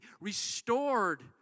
restored